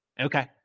Okay